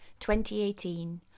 2018